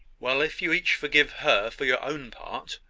well, if you each forgive her for your own part,